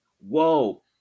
whoa